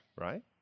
right